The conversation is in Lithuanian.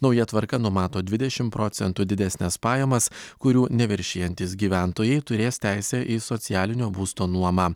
nauja tvarka numato dvidešim procentų didesnes pajamas kurių neviršijantys gyventojai turės teisę į socialinio būsto nuomą